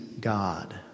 God